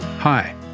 Hi